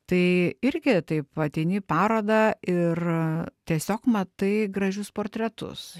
tai irgi taip ateini į parodą ir tiesiog matai gražius portretus